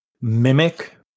mimic